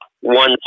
one